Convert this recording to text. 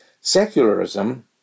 Secularism